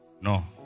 No